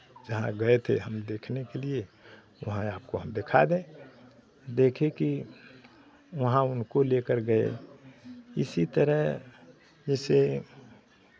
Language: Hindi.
जहां गये थे हम देखने के लिये वहाँ आपको हम दिखा देंगे देखे कि वहाँ उनको लेकर गये इसी तरह जैसे